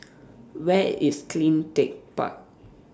Where IS CleanTech Park